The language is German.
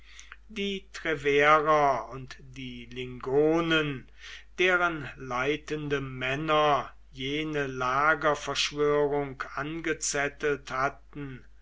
die treverer und die lingonen deren leitende männer jene lagerverschwörung angezettelt hatten